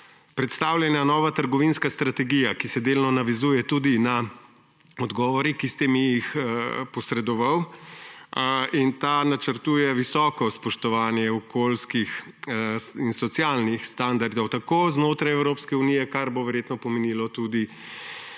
predstavljena nova trgovinska strategija, ki se delno navezuje tudi na odgovore, ki ste mi jih posredovali. In ta načrtuje visoko spoštovanje okoljskih in socialnih standardov tako znotraj Evropske unije, kar bo verjetno pomenilo tudi